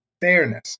Fairness